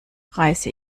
reiße